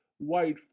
white